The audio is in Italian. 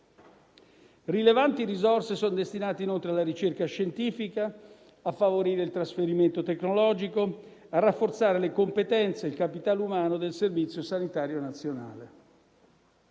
Rilevanti risorse sono destinate, inoltre, alla ricerca scientifica, a favorire il trasferimento tecnologico, a rafforzare le competenze e il capitale umano del Servizio sanitario nazionale.